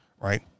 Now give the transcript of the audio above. right